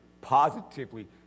positively